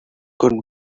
good